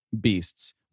beasts